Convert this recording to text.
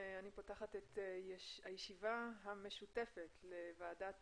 אני מתכבדת לפתוח את הישיבה המשותפת לוועדת